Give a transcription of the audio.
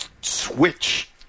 switch